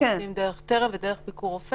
דרך "טרם" ודרך "ביקור רופא".